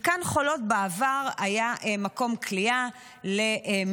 מתקן חולות היה בעבר מקום כליאה למסתננים.